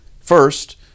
First